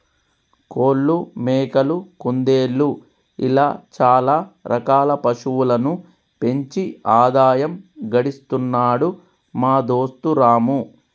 కోళ్లు మేకలు కుందేళ్లు ఇలా చాల రకాల పశువులను పెంచి ఆదాయం గడిస్తున్నాడు మా దోస్తు రాము